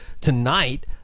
tonight